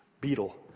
beetle